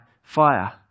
Fire